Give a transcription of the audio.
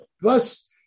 Thus